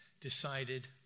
decided